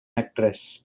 actress